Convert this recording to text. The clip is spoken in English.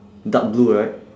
dark blue right